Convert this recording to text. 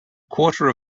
quarter